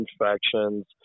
infections